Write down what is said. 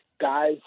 guys